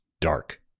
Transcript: dark